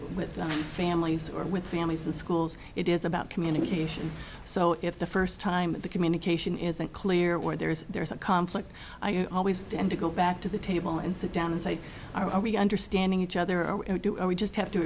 with families or with families and schools it is about communication so if the first time the communication isn't clear or there's there's a conflict i always tend to go back to the table and sit down and say are we understanding each other or do we just have to